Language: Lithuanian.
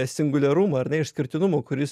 singuliarumą ar ne išskirtinumo kuris